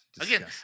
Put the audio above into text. Again